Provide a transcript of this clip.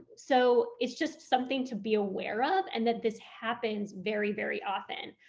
so it's just something to be aware of and that this happens very very often.